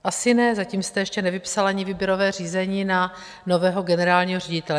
Asi ne, zatím jste ještě nevypsal ani výběrové řízení na nového generálního ředitele.